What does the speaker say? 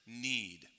need